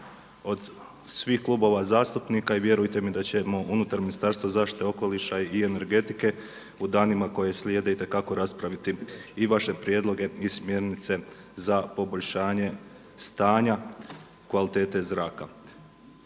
od svih klubova zastupnika i vjerujte mi da ćemo unutar Ministarstva zaštite okoliša i energetike u danima koji slijede itekako raspraviti i vaše prijedloge i smjernice za poboljšanje stanja kvalitete zraka.